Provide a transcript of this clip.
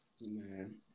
Man